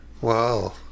Wow